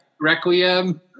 Requiem